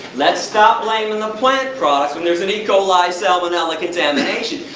let's stop blaming the plant products when there's an e. e. coli, salmonella contamination.